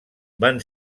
van